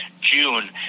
June